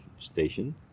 station